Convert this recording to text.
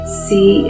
see